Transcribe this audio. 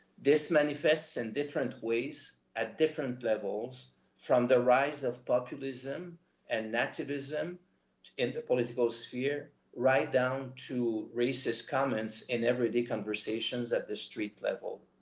this manifests in different ways at different levels from the rise of populism and nativism in the political sphere right down to racist comments in everyday conversations at the street level.